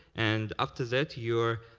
and after that, you are